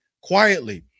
quietly